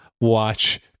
watch